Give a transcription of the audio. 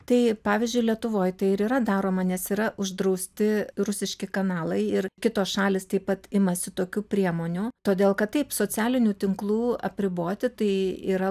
tai pavyzdžiui lietuvoj tai ir yra daroma nes yra uždrausti rusiški kanalai ir kitos šalys taip pat imasi tokių priemonių todėl kad taip socialinių tinklų apriboti tai yra